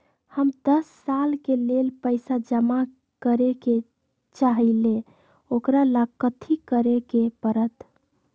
हम दस साल के लेल पैसा जमा करे के चाहईले, ओकरा ला कथि करे के परत?